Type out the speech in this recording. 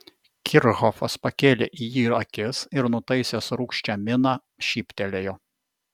kirchhofas pakėlė į jį akis ir nutaisęs rūgščią miną šyptelėjo